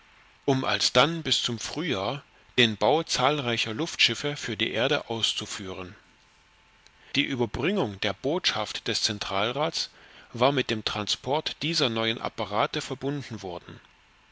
um alsdann bis zum frühjahr den bau zahlreicher luftschiffe für die erde auszuführen die überbringung der botschaft des zentralrats war mit dem transport dieser neuen apparate verbunden worden